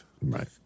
Right